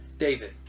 David